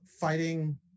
fighting